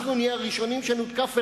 אנחנו נהיה הראשונים שנותקף,